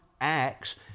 Acts